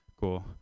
Cool